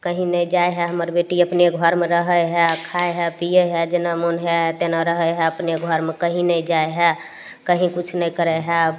कहीं नहि जाइ हइ हमर बेटी अपने घरमे रहय हइ खाइ हइ पियै हइ जेना मोन होइ हइ तेना रहय हइ अपने घरमे कहीं ने जाइ हइ कहीं किछु नहि करय हइ